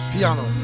Piano